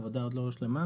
העבודה עוד לא הושלמה.